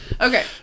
Okay